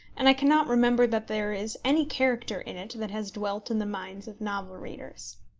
and i cannot remember that there is any character in it that has dwelt in the minds of novel-readers.